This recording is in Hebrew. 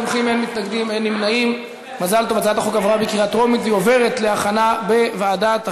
התשע"ו 2015, לוועדת החינוך,